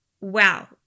wow